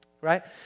right